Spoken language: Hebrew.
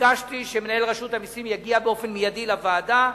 ביקשתי שמנהל רשות המסים יגיע באופן מיידי לוועדה.